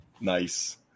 Nice